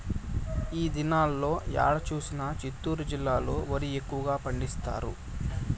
ఈ దినాల్లో ఏడ చూసినా చిత్తూరు జిల్లాలో వరి ఎక్కువగా పండిస్తారు